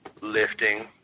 lifting